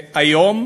היום: